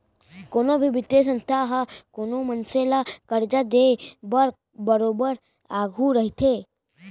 कोनो भी बित्तीय संस्था ह कोनो मनसे ल करजा देय बर बरोबर आघू रहिथे